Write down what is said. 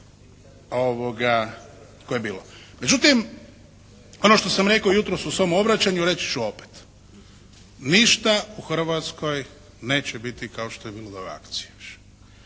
Međutim, ono što sam rekao jutros u svom obraćanju reći ću opet. Ništa u Hrvatskoj neće biti kao što je bilo …/Govornik se